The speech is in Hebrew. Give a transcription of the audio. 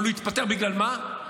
אבל הוא התפטר בגלל מה?